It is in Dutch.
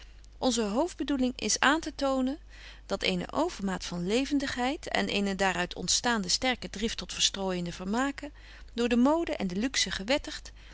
onze hoofdbedoeling is aantetonen dat eene overmaat van levendigheid en eene daar uit ontstaande sterke drift tot verstrooijende vermaken door de mode en de luxe gewettigt